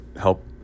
help